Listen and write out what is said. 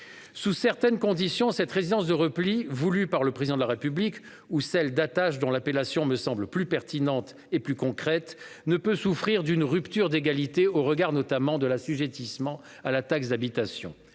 Sous certaines conditions, cette résidence de repli, voulue par le Président de la République, ou d'attache, appellation qui me semble plus pertinente et plus concrète, ne peut souffrir d'une rupture d'égalité au regard, notamment, de l'assujettissement à la taxe d'habitation.